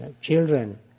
children